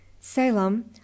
Salem